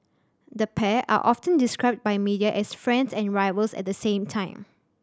the pair are often described by media as friends and rivals at the same time